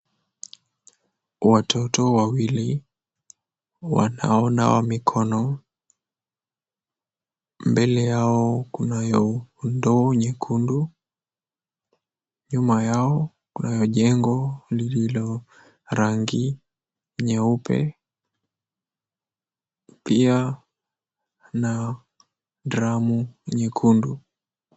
Watoto wawili wanaonawa mikono mbele yao, kunayo ndoo nyekundu, nyuma yao kunayo jengo lililo rangi nyeupe, pia kuna dramu nyekundu.